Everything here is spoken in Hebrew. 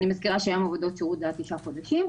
אני מזכיר שהיום עבודות שירות זה עד תשעה חודשים.